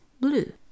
blue